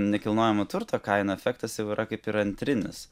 nekilnojamo turto kainų efektas jau yra kaip ir antrinis